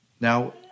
Now